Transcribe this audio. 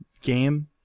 game